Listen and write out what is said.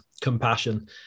compassion